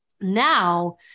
now